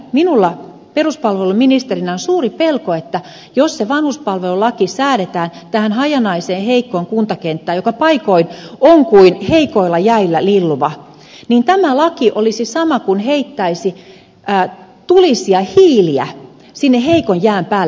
minulla peruspalveluministerinä on suuri pelko että jos se vanhuspalvelulaki säädetään tähän hajanaiseen heikkoon kuntakenttään joka paikoin on kuin heikoilla jäillä lilluva niin tämä laki olisi sama kuin heittäisi tulisia hiiliä sinne heikon jään päälle